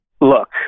Look